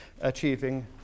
achieving